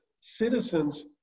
citizens